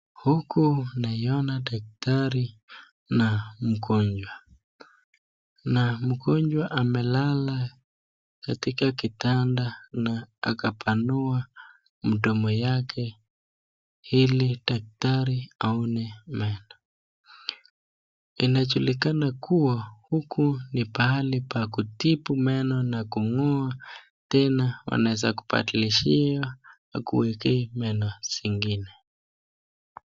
Huku naiona daktari na mgonjwa, na mgonjwa amelala katika kitanda na akapanua mdomo yake ili daktari aone meno. Inajulikana kuwa huku ni pahali pa kutibu meno na kung'oa, tena wanaeza kukubadilishia wakuekee meno zingine.